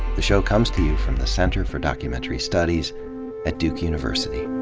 the show comes to you from the center for documentary studies at duke university